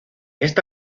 esta